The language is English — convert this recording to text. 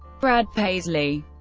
brad paisley